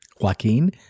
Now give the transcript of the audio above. Joaquin